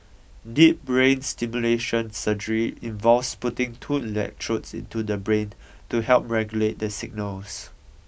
deep brain stimulation surgery involves putting two electrodes into the brain to help regulate the signals